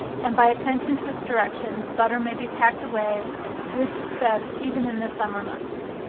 and by attention to its directions, butter may be packed away with success even in the summer months.